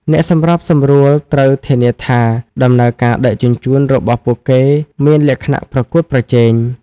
អ្នកសម្របសម្រួលត្រូវធានាថាដំណើរការដឹកជញ្ជូនរបស់ពួកគេមានលក្ខណៈប្រកួតប្រជែង។